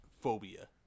phobia